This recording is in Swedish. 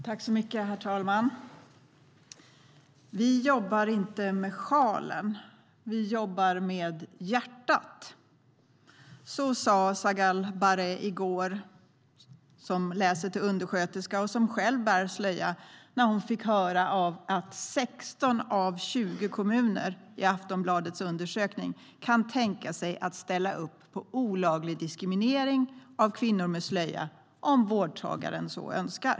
Herr talman! Vi jobbar inte med sjalen - vi jobbar med hjärtat. Så sa Sagal Barre, som läser till undersköterska och själv bär slöja, i går när hon fick höra att 16 av 20 kommuner i Aftonbladets undersökning kan tänka sig att ställa upp på olaglig diskriminering av kvinnor med slöja om vårdtagaren så önskar.